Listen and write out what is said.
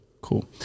Cool